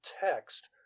text